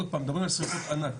עוד פעם, מדברים על שריפות ענק.